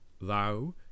Thou